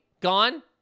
gone